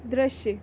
दृश्य